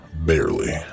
barely